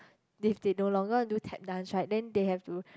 if they no longer do Tap dance right then they have to